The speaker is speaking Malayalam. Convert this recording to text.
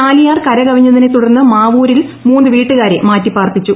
ചാലിയാർ കരകവിഞ്ഞതിനെ തുടർന്ന് മാവൂരിൽ മൂന്ന് വീട്ടുകാരെ മാറ്റി പാർപ്പിച്ചു